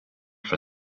for